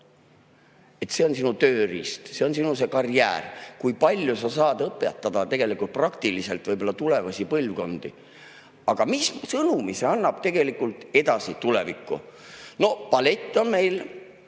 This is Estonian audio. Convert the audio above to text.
See on sinu tööriist, see on sinu karjäär, kui palju sa saad õpetada praktiliselt võib‑olla tulevasi põlvkondi. Aga mis sõnumi see annab tegelikult edasi tulevikku? No ballett on meil